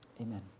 Amen